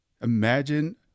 Imagine